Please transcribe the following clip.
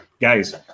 guys